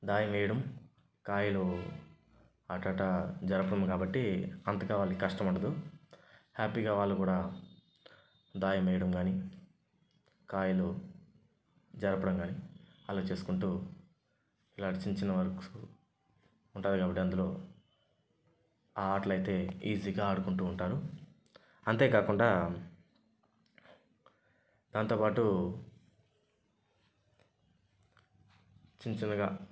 దాయం వేయటం కాయిను అట్టట జరపడం కాబట్టి అంతగా వాళ్లకి కష్టం ఉండదు హ్యాపీగా వాళ్లు కూడా దాయం వేయటం కానీ కాయలు జరపడం కానీ అలా చేసుకుంటూ ఇలాంటి చిన్న వర్క్సు ఉంటుంది కాబట్టి అందులో ఆ ఆటలు అయితే ఈజీగా ఆడుకుంటూ అంతేకాకుండా దాంతోపాటు చిన్న చిన్నగా